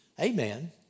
Amen